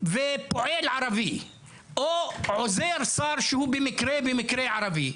ופועל ערבי או עוזר שר שהוא במקרה במקרה ערבי,